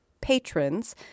patrons